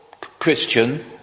Christian